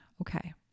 Okay